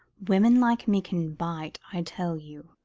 women like me can bite, i tell you.